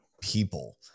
people